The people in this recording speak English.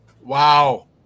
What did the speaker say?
Wow